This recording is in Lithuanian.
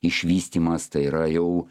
išvystymas tai yra jau